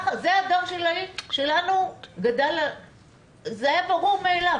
על זה גדל הדור שלנו, זה היה ברור מאליו.